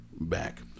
back